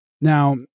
Now